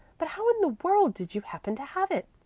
but how in the world did you happen to have it?